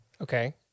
Okay